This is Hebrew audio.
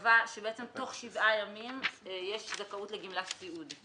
קבע שתוך שבעה ימים יש זכאות לגמלת סיעוד,